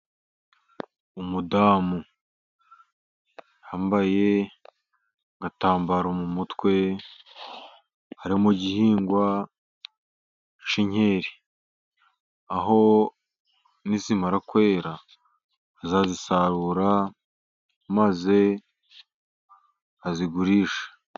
Umudamu yambaye agatambaro mu mutwe, ari mu gihingwa cy'inkeri. Aho nizimara kwera azazisarura maze azigurishe.